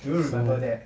是吗